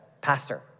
pastor